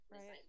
Right